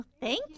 Thank